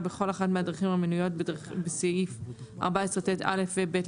בכל אחת מהדרכים המנויות בסעיף 14ט(א) ו-(ב),